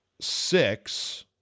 six